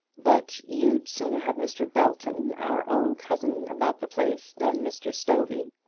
but you'd sooner have mr. belton, our own cousin, about the place, than mr. stovey.